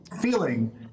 feeling